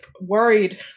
worried